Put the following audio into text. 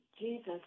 Jesus